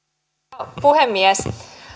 arvoisa rouva puhemies